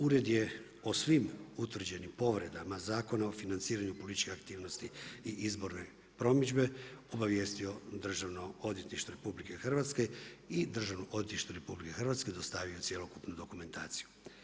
Ured je o svim utvrđenim povredama Zakona o financiranju političkih aktivnosti i izborne promidžbe obavijestio Državno odvjetništvo RH i Državno odvjetništvo RH dostavio je cjelokupnu dokumentaciju.